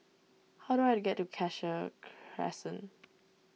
how do I get to Cassia Crescent